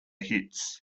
hits